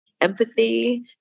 empathy